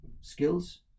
skills